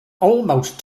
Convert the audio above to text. almost